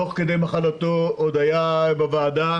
תוך כדי מחלתו עוד היה בוועדה